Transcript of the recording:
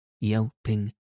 yelping